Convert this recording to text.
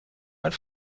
mein